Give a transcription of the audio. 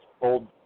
old